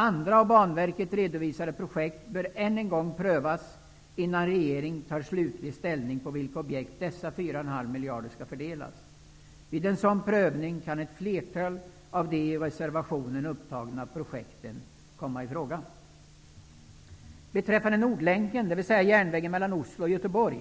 Andra av Banverket redovisade projekt bör prövas än en gång innan regeringen tar slutlig ställning till på vilka objekt dessa 4,5 miljarder skall fördelas. Vid en sådan prövning kan ett flertal av de i reservationen upptagna projekten komma i fråga. Oslo och Göteborg,